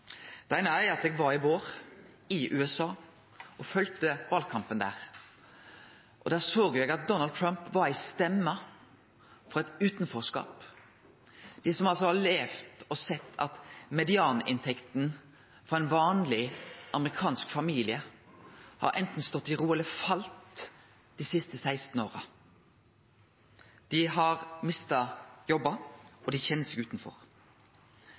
eine er: Eg var i vår i USA og følgde valkampen der. Der såg eg at Donald Trump var ei stemme for eit utanforskap – dei som har levd og sett at medianinntekta for ein vanleg amerikansk familie anten har stått i ro eller har falle dei siste 16 åra. Dei har mista jobbar, og dei kjenner seg utanfor.